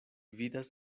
vidas